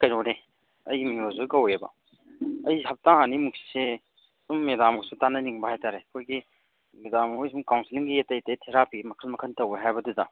ꯀꯩꯅꯣꯅꯦ ꯑꯩꯒꯤ ꯃꯤꯡ ꯔꯣꯖꯔ ꯀꯧꯋꯦꯕ ꯑꯩ ꯍꯞꯇꯥ ꯑꯅꯤꯃꯨꯛꯁꯦ ꯁꯨꯝ ꯃꯦꯗꯥꯝꯒꯁꯨ ꯇꯥꯅꯅꯤꯡꯕ ꯍꯥꯏꯇꯔꯦ ꯑꯩꯈꯣꯏꯒꯤ ꯃꯦꯗꯥꯝ ꯍꯣꯏ ꯁꯨꯝ ꯀꯥꯎꯟꯁꯤꯂꯤꯡꯒꯤ ꯑꯇꯩ ꯑꯇꯩ ꯊꯦꯔꯥꯄꯤ ꯃꯈꯜ ꯃꯈꯜ ꯇꯧꯋꯦ ꯍꯥꯏꯕꯗꯨꯗ